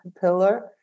pillar